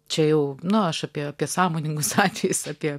čia jau nu aš apie apie sąmoningus atvejus apie